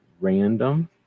Random